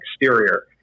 exterior